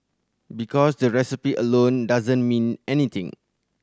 because the recipe alone doesn't mean anything